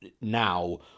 now